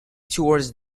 towards